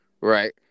Right